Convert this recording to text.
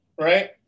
right